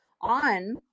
on